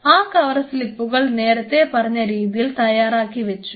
ആ കവർ സ്ലിപ്പുകൾ നേരത്തെ പറഞ്ഞ രീതിയിൽ തയ്യാറാക്കി വച്ചു